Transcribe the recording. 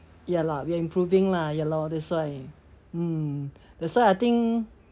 ya lah we are improving lah ya lor that's why mm that's why I think